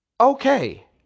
okay